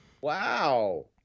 Wow